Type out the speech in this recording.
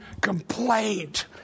complaint